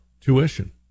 tuition